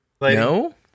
No